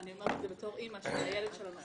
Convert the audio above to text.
אני אומרת את זה כאימא שהילד שלה מוסע.